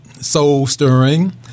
soul-stirring